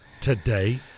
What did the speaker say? today